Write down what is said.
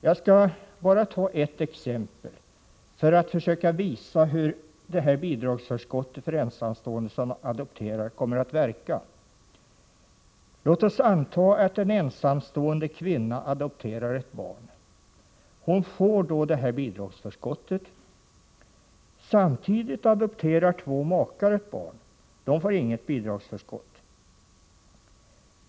Jag skall ta ett exempel för att försöka visa hur detta bidragsförskott för ensamstående som adopterar kommer att verka. Låt oss anta att en ensamstående kvinna adopterar ett barn. Hon får då bidragsförskott. Samtidigt adopterar två makar ett barn. De får dock inget bidragsförskott.